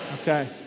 Okay